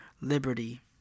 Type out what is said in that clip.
liberty